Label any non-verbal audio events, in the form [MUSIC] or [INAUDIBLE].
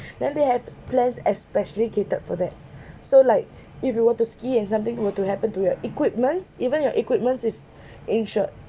[BREATH] then they have plans especially catered for that [BREATH] so like if you were to ski and something were to happen to your equipments even your equipment is [BREATH] insured